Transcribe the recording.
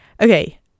okay